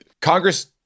Congress